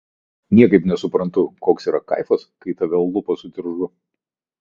niekaip nesuprantu koks yra kaifas kai tave lupa su diržu